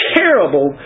terrible